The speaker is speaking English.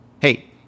hey